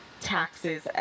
taxes